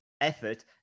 effort